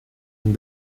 and